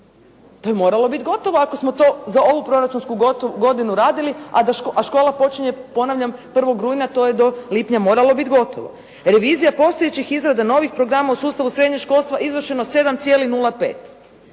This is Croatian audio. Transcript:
To je moralo biti gotovo ako smo to za ovu proračunsku godinu radili a da, a škola počinje ponavljam 1. rujna. To je do lipnja moralo biti gotovo. Revizija postojećih izrada novih programa u sustavu srednjeg školstva. Izvršeno 7,05.